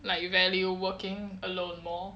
like you value working alone more